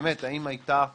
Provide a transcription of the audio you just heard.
באמת האם הייתה תקלה,